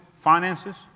finances